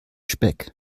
speck